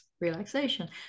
relaxation